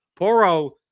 Poro